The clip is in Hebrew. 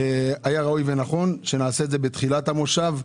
היה נכון וראוי שנעשה זאת בתחילת המושב,